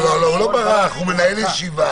לא, הוא לא ברח, הוא מנהל ישיבה.